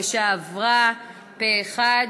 הבקשה עברה פה-אחד.